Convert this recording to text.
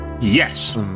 Yes